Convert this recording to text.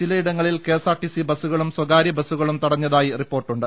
ചിലയിടങ്ങളിൽ കെഎസ്ആർടിസി ബസുകളും സ്ഥകാര്യ ബസുകളും തടഞ്ഞതായി റിപ്പോർട്ടുണ്ട്